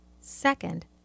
Second